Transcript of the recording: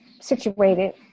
situated